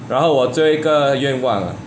然后我最后一个愿望 ah